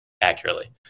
accurately